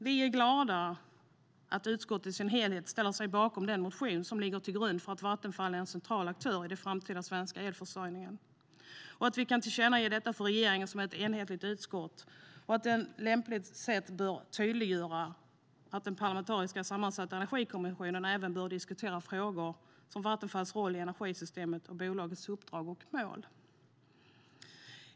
Vi är glada över att utskottet som helhet ställer sig bakom den motion som ligger till grund för att Vattenfall är en central aktör i den framtida svenska elförsörjningen och att vi som ett enigt utskott kan tillkännage för regeringen att den på lämpligt sätt bör tydliggöra att den parlamentariskt sammansatta Energikommissionen även bör diskutera frågor som Vattenfalls roll i energisystemet och bolagets uppdrag och mål.